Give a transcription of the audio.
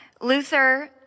Luther